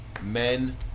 men